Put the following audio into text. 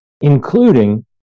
including